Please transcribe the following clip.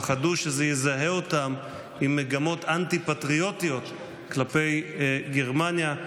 פחדו שזה יזהה אותם עם מגמות אנטי-פטריוטיות כלפי גרמניה.